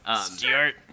Stuart